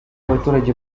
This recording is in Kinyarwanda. abaturage